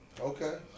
Okay